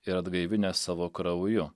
ir atgaivinęs savo krauju